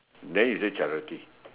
then is it charity